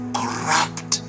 corrupt